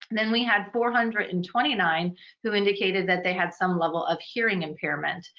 then we had four hundred and twenty nine who indicated that they had some level of hearing impairment.